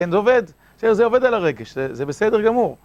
כן, זה עובד. בסדר זה עובד על הרגש, זה בסדר גמור.